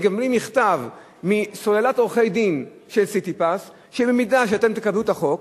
מקבלים מכתב מסוללת עורכי-הדין של "סיטיפס": במידה שאתם תקבלו את החוק,